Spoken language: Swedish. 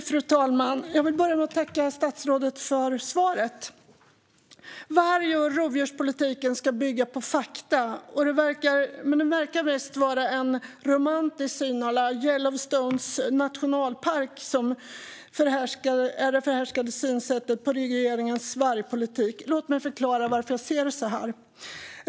Fru talman! Jag vill börja med att tacka statsrådet för svaret. Varg och rovdjurspolitiken ska bygga på fakta. Men det verkar mest vara en romantisk syn à la Yellowstone National Park som är det förhärskande synsättet i regeringens vargpolitik. Låt mig förklara varför jag ser det så här!